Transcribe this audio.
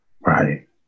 Right